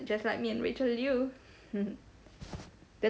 just like me and rachel liew